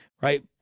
Right